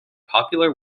popular